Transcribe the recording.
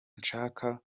nshaka